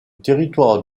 territoire